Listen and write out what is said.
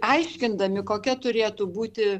aiškindami kokia turėtų būti